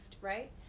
right